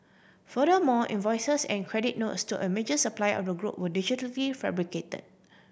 furthermore invoices and credit notes to a major supplier of the group were digitally fabricated